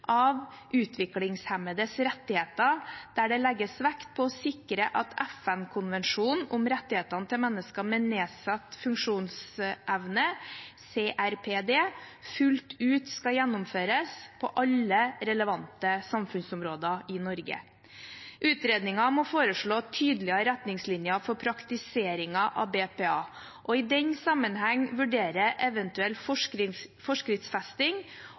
rettighetene til mennesker med nedsatt funksjonsevne, CRPD, fullt ut skal gjennomføres på alle relevante samfunnsområder i Norge. Utredningen må foreslå tydeligere retningslinjer for praktiseringen av BPA og i den sammenheng vurdere eventuell forskriftsfesting